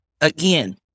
Again